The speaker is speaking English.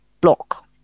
block